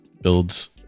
builds